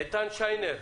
איתן שיינר,